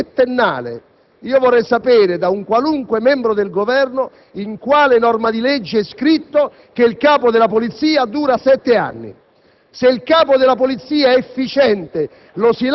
Si inventa la favola del mandato settennale. Vorrei sapere da un qualunque membro del Governo in quale norma di legge è scritto che il Capo della Polizia dura in